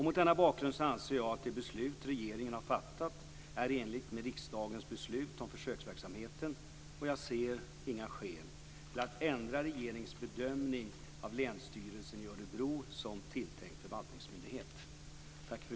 Mot denna bakgrund anser jag att det beslut regeringen har fattat är i enlighet med riksdagens beslut om försöksverksamheten. Jag ser inga skäl till att ändra regeringens bedömning av Länsstyrelsen i